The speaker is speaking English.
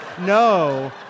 No